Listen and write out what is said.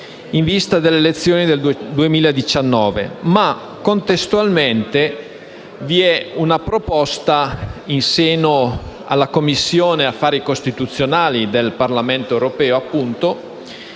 in vista delle elezioni del 2019. Contestualmente vi è la proposta, in seno alla Commissione affari costituzionali del Parlamento europeo, di una